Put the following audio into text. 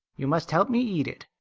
you must help me eat it.